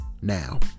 Now